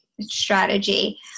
strategy